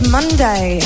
Monday